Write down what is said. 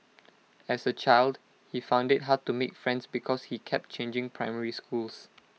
as A child he found IT hard to make friends because he kept changing primary schools